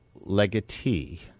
legatee